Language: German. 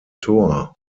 tor